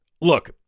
look